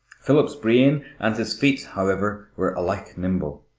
philip's brain and his feet, however, were alike nimble.